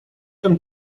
ten